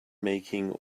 making